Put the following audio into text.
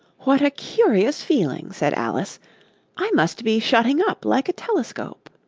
what a curious feeling said alice i must be shutting up like a telescope